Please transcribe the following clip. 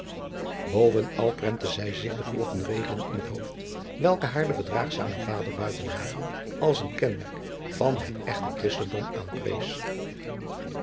bovenal prentte zij zich de volgende regelen in het hoofd welke haar de verdraagzame vader buitenhagen als een kenmerk van het echt christendom